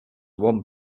one